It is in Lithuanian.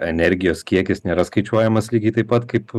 energijos kiekis nėra skaičiuojamas lygiai taip pat kaip